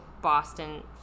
Boston